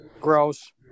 Gross